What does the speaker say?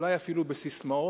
אולי אפילו בססמאות,